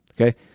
Okay